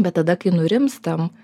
bet tada kai nurimstam